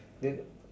then